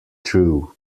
true